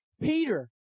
Peter